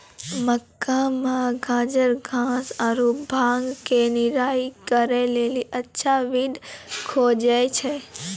मक्का मे गाजरघास आरु भांग के निराई करे के लेली अच्छा वीडर खोजे छैय?